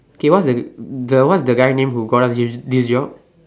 K what is the the what is the guy's name who got us this this job